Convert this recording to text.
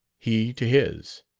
he to his.